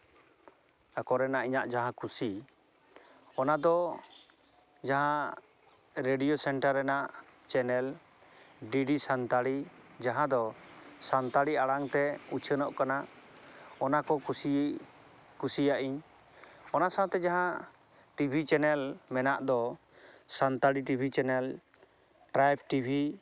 ᱛᱟᱠᱚ ᱨᱮᱱᱟᱜ ᱤᱧᱟᱹᱜ ᱡᱟᱦᱟᱸ ᱠᱩᱥᱤ ᱚᱱᱟ ᱫᱚ ᱡᱟᱦᱟᱸ ᱨᱮᱰᱤᱭᱳ ᱥᱮᱱᱴᱟᱨ ᱨᱮᱱᱟᱜ ᱪᱮᱱᱮᱞ ᱰᱤᱰᱤ ᱥᱟᱱᱛᱟᱲᱤ ᱡᱟᱦᱟᱸᱫᱚ ᱥᱟᱱᱛᱟᱲᱤ ᱟᱲᱟᱝᱛᱮ ᱩᱪᱷᱟᱹᱱᱚᱜ ᱠᱟᱱᱟ ᱚᱱᱟ ᱠᱚ ᱠᱩᱥᱤᱭᱟᱜᱼᱤᱧ ᱚᱱᱟ ᱥᱟᱶᱛᱮ ᱡᱟᱦᱟᱸ ᱴᱤᱵᱷᱤ ᱪᱮᱱᱮᱞ ᱢᱮᱱᱟᱜ ᱫᱚ Santali TV channel tribe TV